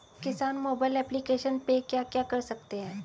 किसान mobile application पे क्या क्या कर सकते हैं?